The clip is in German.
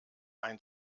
ein